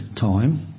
time